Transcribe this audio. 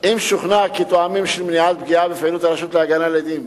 אם שוכנע כי טעמים של מניעת פגיעה בפעילות הרשות להגנה על עדים,